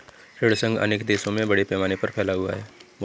ऋण संघ अनेक देशों में बड़े पैमाने पर फैला हुआ है